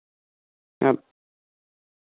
ᱦᱮᱸ